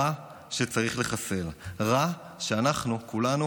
רע שצריך לחסל, רע שאנחנו כולנו